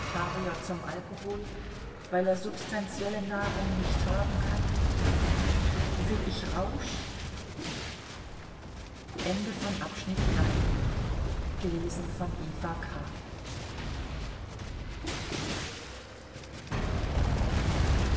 zum alkohol weil er substantielle nahrung nicht haben kann will ich rausch